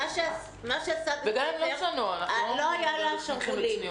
לא היו לה שרוולים.